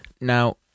Now